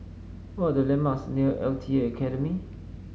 what are the landmarks near L T A Academy